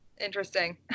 interesting